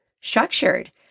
structured